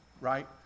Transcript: Right